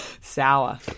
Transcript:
sour